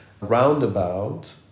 roundabout